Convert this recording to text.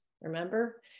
remember